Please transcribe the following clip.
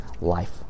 life